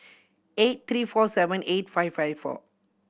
eight three four seven eight five five four